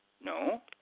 No